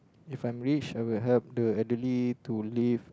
if I'm rich I will help the elderly to live